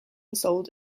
sold